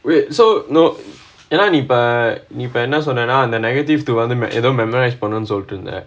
wait so ஏனா நீ இப்ப நீ இப்போ என்ன சொன்னானா அந்த:yaenaa nee ippa nee ippo enna sonnaenaa negative வந்து:vanthu memorise பண்ணனும்னு சொல்லிட்டு இருந்த:pannanumnu sollittu irunthaa